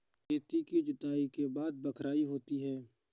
खेती की जुताई के बाद बख्राई होती हैं?